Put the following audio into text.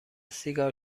سیگار